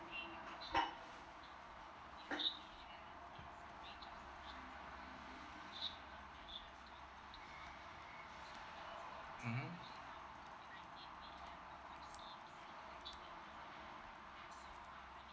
mmhmm